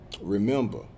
remember